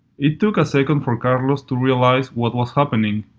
it took a second for carlos to realize what was happening,